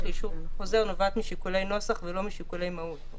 לאישור חוזר נובעת משיקולי נוסח ולא משיקולי מהות.